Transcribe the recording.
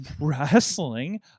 wrestling